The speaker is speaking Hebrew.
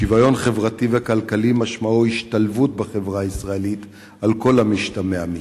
שוויון חברתי וכלכלי משמעו השתלבות בחברה הישראלית על כל המשתמע מכך.